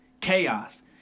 chaos